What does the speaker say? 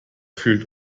fühlt